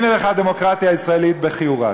הנה לך דמוקרטיה ישראלית בכיעורה.